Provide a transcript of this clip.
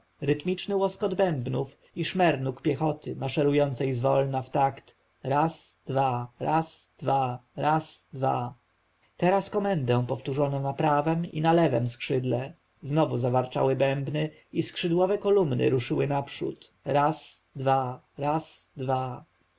rytmiczny łoskot bębnów i szmer nóg piechoty maszerującej zwolna w takt raz dwa raz dwa raz dwa teraz komendę powtórzono na prawem i na lewem skrzydle znowu zawarczały bębny i skrzydłowe kolumny ruszyły naprzód raz dwa raz dwa